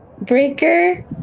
breaker